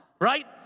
right